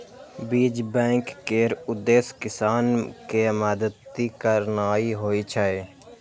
बीज बैंक केर उद्देश्य किसान कें मदति करनाइ होइ छै